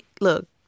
Look